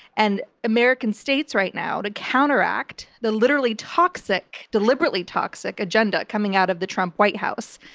and american states right now to counteract the literally toxic, deliberately toxic agenda coming out of the trump white house.